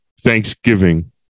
Thanksgiving